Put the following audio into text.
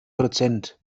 prozent